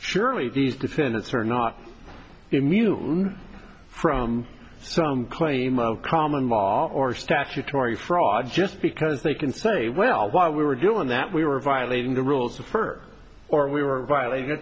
surely these defendants are not immune from some claim of common law or statutory fraud just because they can say well what we were doing that we were violating the rules of fur or we were violating